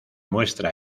muestra